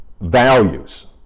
values